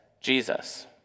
Jesus